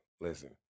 listen